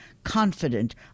confident